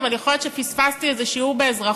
אבל יכול להיות שפספסתי איזה שיעור באזרחות,